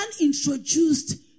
introduced